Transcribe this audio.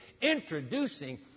introducing